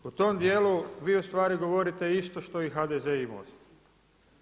U tom dijelu vi u stvari govorite isto što i HDZ i MOST.